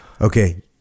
Okay